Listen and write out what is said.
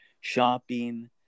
shopping